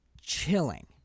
chilling